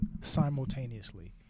simultaneously